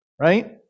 right